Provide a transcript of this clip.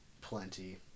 plenty